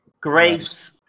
Grace